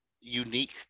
unique